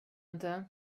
inte